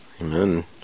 Amen